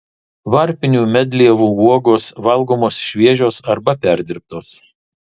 varpinių medlievų uogos valgomos šviežios arba perdirbtos